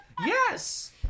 yes